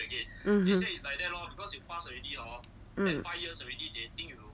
mmhmm mm